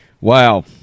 Wow